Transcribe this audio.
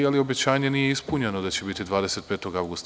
Ali, obećanje nije ispunjeno, da će biti 25. avgusta.